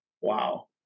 Wow